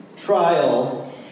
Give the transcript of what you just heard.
trial